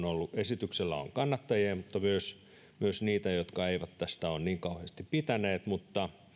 ollut esityksellä kannattajia mutta myös niitä jotka eivät tästä ole niin kauheasti pitäneet mutta